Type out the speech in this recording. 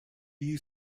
you